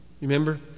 Remember